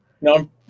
No